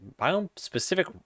Biome-specific